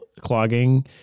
clogging